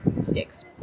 sticks